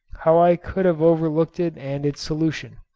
how i could have overlooked it and its solution.